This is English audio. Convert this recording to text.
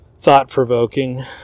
thought-provoking